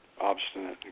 obstinate